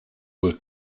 were